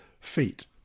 feet